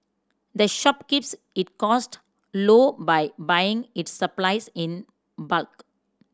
the shop keeps it costs low by buying its supplies in bulk